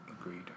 Agreed